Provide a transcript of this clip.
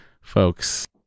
folks